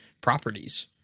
properties